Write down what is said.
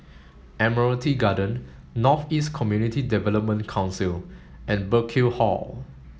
Admiralty Garden North East Community Development Council and Burkill Hall